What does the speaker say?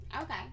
Okay